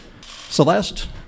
Celeste